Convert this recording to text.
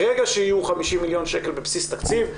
ברגע שיהיו 50 מיליון שקל בבסיס התקציב,